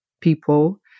people